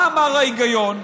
מה אמר ההיגיון?